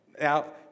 Now